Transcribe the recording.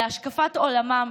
להשקפת עולמם,